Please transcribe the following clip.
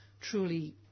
truly